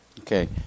Okay